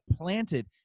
planted